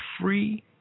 free